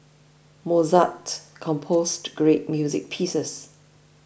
Mozart composed great music pieces